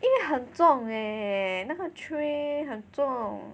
因为很重 leh 那个 tray 很重